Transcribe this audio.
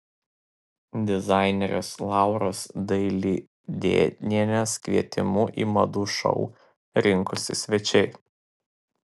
dizainerės lauros dailidėnienės kvietimu į madų šou rinkosi svečiai